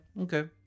okay